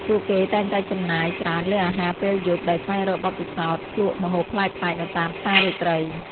ពួកគេតែងតែចំណាយច្រើនលើអាហារពេលយប់ដោយស្វែងរកបទពិសោធន៍ភ្លក្សម្ហូបប្លែកៗនៅតាមផ្សាររាត្រី។